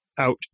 out